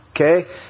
Okay